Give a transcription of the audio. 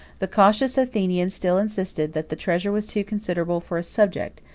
the cautious athenian still insisted, that the treasure was too considerable for a subject,